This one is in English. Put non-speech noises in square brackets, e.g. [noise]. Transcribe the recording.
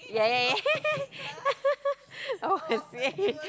yeah yeah yeah [laughs] oh I see